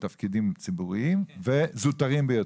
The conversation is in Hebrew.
לתפקידים ציבוריים זוטרים ביותר.